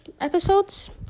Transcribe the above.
episodes